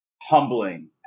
humbling